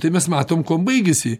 tai mes matom kuom baigiasi